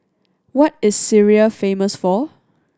what is Syria famous for